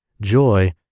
joy